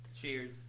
Cheers